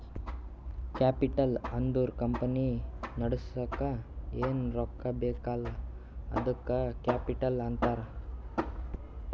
capital ಅಂದುರ್ company ನಡುಸ್ಲಕ್ ಏನ್ ರೊಕ್ಕಾ ಬೇಕಲ್ಲ ಅದ್ದುಕ ಕ್ಯಾಪಿಟಲ್ ಅಂತಾರ್